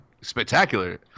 spectacular